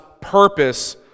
purpose